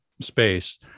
space